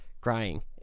crying